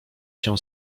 się